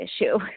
issue